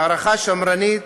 בהערכה שמרנית,